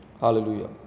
Hallelujah